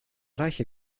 reiche